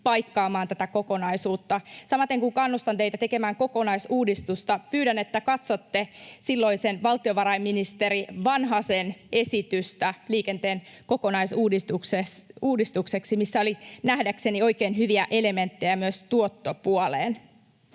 paikkaamaan tätä kokonaisuutta. Samalla, kun kannustan teitä tekemään kokonaisuudistusta, pyydän, että katsotte silloisen valtiovarainministeri Vanhasen esitystä liikenteen kokonaisuudistukseksi, jossa oli nähdäkseni oikein hyviä elementtejä myös tuottopuoleen.